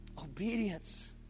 Obedience